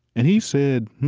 and he said,